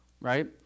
right